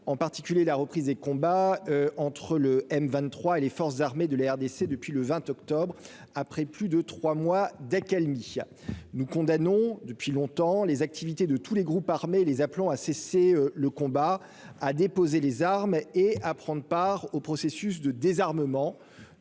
en particulier la reprise des combats entre le M23 et les forces armées de la RDC depuis le 20 octobre après plus de 3 mois d'accalmie, nous condamnons depuis longtemps, les activités de tous les groupes armés, les appelant à cesser le combat à déposer les armes et à prendre part au processus de désarmement,